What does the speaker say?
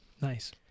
Nice